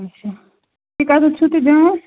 اَچھا تُہۍ کَتَتھ چھُو تُہۍ بیٚہوان